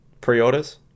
pre-orders